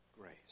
grace